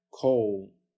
coal